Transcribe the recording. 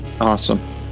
Awesome